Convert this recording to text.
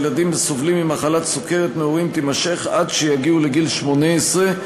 לילדים הסובלים ממחלת סוכרת נעורים תימשך עד שיגיעו לגיל 18,